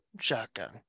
shotgun